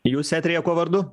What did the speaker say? jūs eteryje kuo vardu